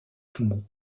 poumon